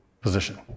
position